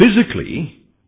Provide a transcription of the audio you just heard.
Physically